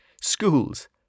schools